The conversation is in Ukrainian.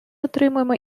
отримуємо